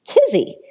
tizzy